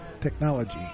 Technology